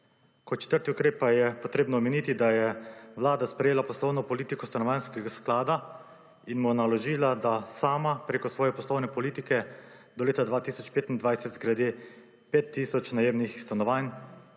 Kot četrti ukrep pa je potrebno omeniti, da je vlada sprejela poslovno politiko stanovanjskega sklada in mu naložila, da sama preko svoje poslovne politike do leta 2025 zgradi 5 tisoč najemnih stanovanj,